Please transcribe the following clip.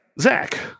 Zach